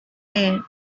air